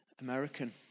American